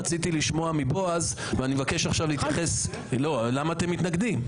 רציתי לשמוע מבועז למה אתם מתנגדים.